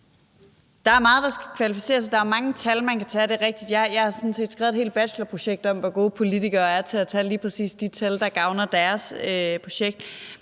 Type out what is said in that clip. Der er mange tal, man kan tage frem. Det er rigtigt. Jeg har sådan set skrevet et helt bachelorprojekt om, hvor gode politikere er til at tage lige præcis de tal, der gavner deres projekt,